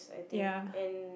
ya